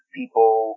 people